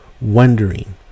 wondering